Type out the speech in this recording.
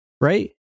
Right